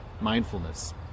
mindfulness